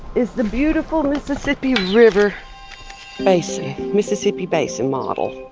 is the beautiful mississippi river basin, mississippi basin model.